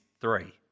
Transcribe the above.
three